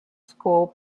school